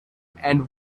and